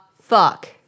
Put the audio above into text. fuck